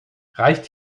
reicht